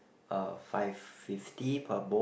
uh five fifty per bowl